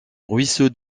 ruisseau